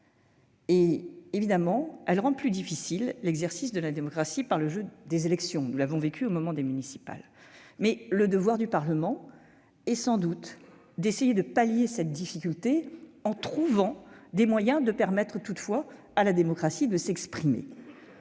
existe et rend plus difficile l'exercice de la démocratie par le jeu des élections- nous l'avons vu lors des dernières municipales. Toutefois, le devoir du Parlement est sans doute d'essayer de pallier cette difficulté en trouvant les moyens à même de permettre à la démocratie de s'exprimer.